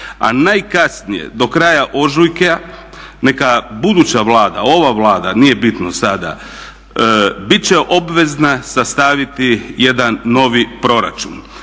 A najkasnije do kraja ožujka neka buduća Vlada, ova Vlada, nije bitno sada, bit će obvezna sastaviti jedan novi proračun.